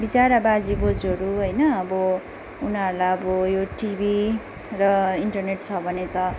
बिचरा बाजे बोजूहरू होइन अब उनीहरूलाई अब यो टिभी र इन्टरनेट छ भने त